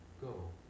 Go